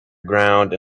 ground